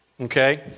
Okay